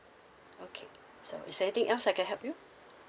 okay so is there anything else I can help you